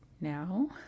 now